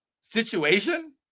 situation